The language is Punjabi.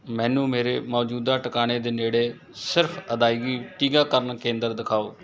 ਮੈਨੂੰ ਮੇਰੇ ਮੌਜੂਦਾ ਟਿਕਾਣੇ ਦੇ ਨੇੜੇ ਸਿਰਫ਼ ਅਦਾਇਗੀ ਟੀਕਾਕਰਨ ਕੇਂਦਰ ਦਿਖਾਓ